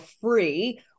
free